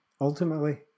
ultimately